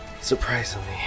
Surprisingly